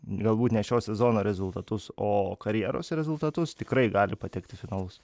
galbūt ne šio sezono rezultatus o karjeros rezultatus tikrai gali patekt į finalus